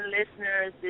listeners